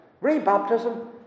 Re-baptism